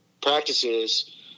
practices